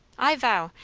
i vow,